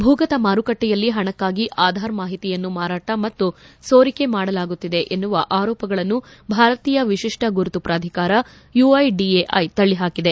ಭೂಗತ ಮಾರುಕಟ್ಟೆಯಲ್ಲಿ ಪಣಕಾಗಿ ಆಧಾರ್ ಮಾಹಿತಿಯನ್ನು ಮಾರಾಟ ಮತ್ತು ಸೋರಿಕೆ ಮಾಡಲಾಗುತ್ತಿದೆ ಎನ್ನುವ ಆರೋಪಗಳನ್ನು ಭಾರತೀಯ ವಿಶಿಷ್ಟ ಗುರುತು ಪ್ರಾಧಿಕಾರ ಯುಐಡಿಎಐ ತಳ್ಲಿ ಹಾಕಿದೆ